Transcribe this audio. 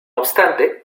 obstante